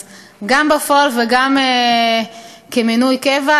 אז גם בפועל וגם כמינוי קבע,